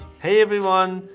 hey, everyone.